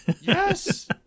yes